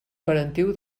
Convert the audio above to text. parentiu